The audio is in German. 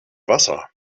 wasser